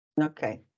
Okay